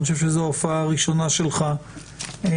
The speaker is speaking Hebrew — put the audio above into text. אני חושב שזו ההופעה הראשונה שלך בוועדה.